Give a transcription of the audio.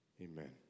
Amen